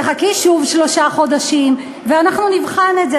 תחכי שוב שלושה חודשים ואנחנו נבחן את זה.